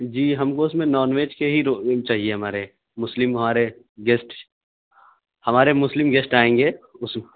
جی ہم اس کو اس میں نان ویج کے ہی چاہیے ہمارے مسلم ہمارے گیسٹ ہمارے مسلم گیسٹ آئیں گے اس